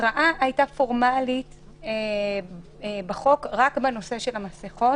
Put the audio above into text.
התראה הייתה פורמלית בחוק רק בנושא של המסכות,